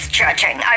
judging